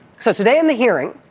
so today in the hearing,